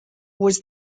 was